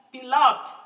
Beloved